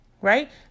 right